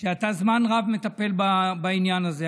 שאתה זמן רב מטפל בעניין הזה.